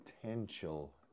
potential